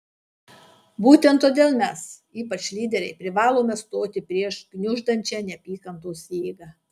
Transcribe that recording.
būtent todėl mes ypač lyderiai privalome stoti prieš gniuždančią neapykantos jėgą